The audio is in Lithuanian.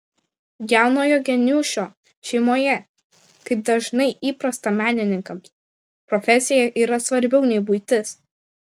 jaunojo geniušo šeimoje kaip dažnai įprasta menininkams profesija yra svarbiau nei buitis